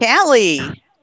Callie